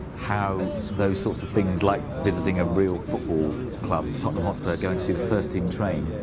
how those sorts of things, like visiting a real football club tottenham hotspur going to see the first team train,